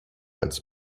als